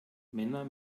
männer